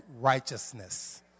Righteousness